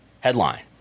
Headline